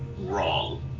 wrong